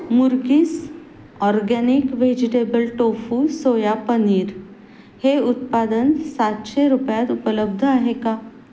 मुर्गीस organic vegetable tofu soya paneer हे उत्पादन सातशे रुपयात उपलब्ध आहे का